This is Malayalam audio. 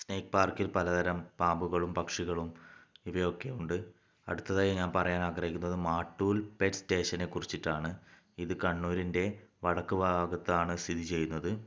സ്നേക്ക് പാർക്കിൽ പലതരം പാമ്പുകളും പക്ഷികളും ഇവയൊക്കെ ഉണ്ട് അടുത്തതായി ഞാൻ പറയാൻ ആഗ്രഹിക്കുന്നത് മാട്ടൂൽ പെറ്റ് സ്റ്റേഷനെ കുറിച്ചിട്ടാണ് ഇത് കണ്ണൂരിൻ്റെ വടക്ക് ഭാഗത്താണ് സ്ഥിതി ചെയ്യുന്നത്